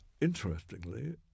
Interestingly